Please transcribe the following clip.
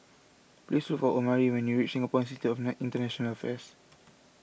please look for Omari when you reach Singapore Institute of International Affairs